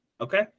Okay